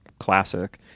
Classic